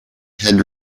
had